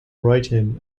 writing